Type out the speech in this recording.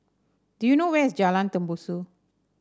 do you know where is Jalan Tembusu